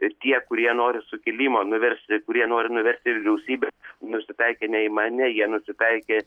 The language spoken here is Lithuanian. ir tie kurie nori sukilimo nuversti kurie nori nuversti vyriausybę nusitaikė ne į mane jie nusitaikė